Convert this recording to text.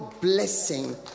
blessing